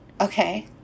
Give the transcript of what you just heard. okay